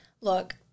look